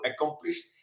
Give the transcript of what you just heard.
accomplished